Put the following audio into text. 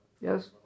Yes